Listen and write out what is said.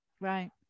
Right